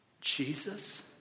Jesus